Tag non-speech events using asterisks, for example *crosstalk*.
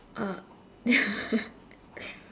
uh ya *laughs*